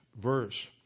verse